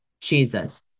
Jesus